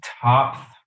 top